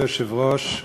כבוד היושב-ראש,